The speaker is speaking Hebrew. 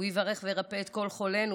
הוא יברך וירפא את כל חולנו,